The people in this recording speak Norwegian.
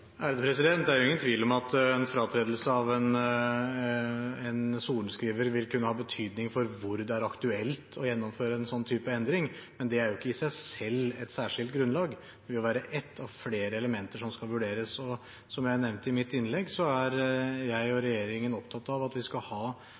Det er ingen tvil om at en sorenskrivers fratredelse vil kunne ha betydning for hvor det er aktuelt å gjennomføre en sånn type endring, men det er ikke i seg selv et særskilt grunnlag – det vil være et av flere elementer som skal vurderes. Som jeg nevnte i mitt innlegg, er jeg og